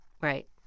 Right